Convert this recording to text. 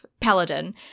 Paladin